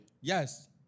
Yes